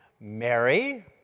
Mary